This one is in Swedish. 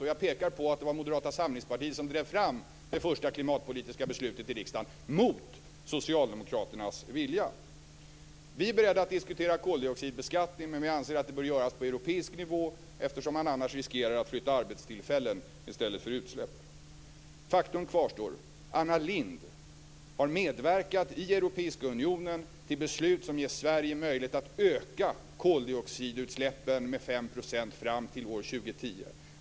Jag vill peka på att det var Moderata samlingspartiet som drev fram det första klimatpolitiska beslutet i riksdagen mot Vi är beredda att diskutera koldioxidbeskattning, men vi anser att det bör göras på europeisk nivå eftersom man annars riskerar att flytta arbetstillfällen i stället för utsläpp. Faktum kvarstår: Anna Lindh har medverkat i Europeiska unionen till beslut som ger Sverige möjlighet att öka koldioxidutsläppen med 5 % fram till år 2010.